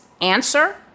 answer